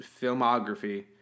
filmography